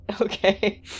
Okay